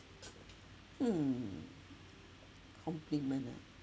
hmm compliment ah